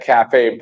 Cafe